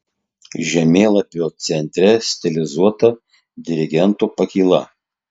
žemėlapio centre stilizuota dirigento pakyla